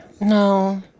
No